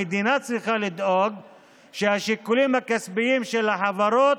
המדינה צריכה לדאוג שהשיקולים הכספיים של החברות